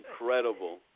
incredible